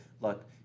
Look